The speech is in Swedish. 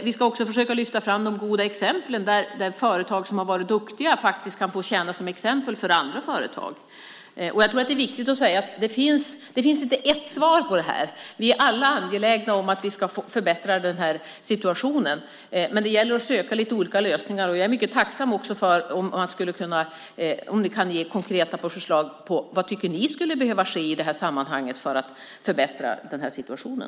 Vi ska också försöka lyfta fram de goda exemplen där företag som har varit duktiga kan få tjäna som exempel för andra företag. Det finns inte ett enda svar på det här. Vi är alla angelägna om att vi ska förbättra situationen. Men det gäller att söka lite olika lösningar. Jag är mycket tacksam för konkreta förslag också från er. Vad tycker ni skulle behöva ske i det här sammanhanget för att förbättra situationen?